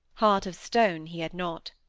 heart of stone he had not.